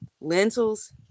Lentils